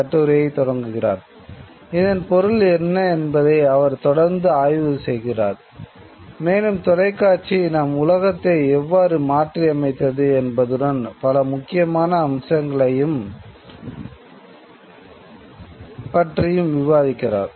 "தொலைக்காட்சி நம் உலகத்தை எவ்வாறு மாற்றியமைத்தது என்பதுடன் பல முக்கியமான அம்சங்களைப் பற்றியும் விவாதிக்கிறார்